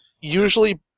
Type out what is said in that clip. usually